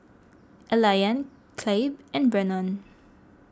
Elian Clabe and Brennon